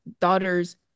daughters